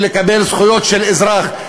ולקבל זכויות של אזרח.